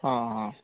ହଁ ହଁ